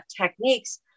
techniques